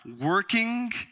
working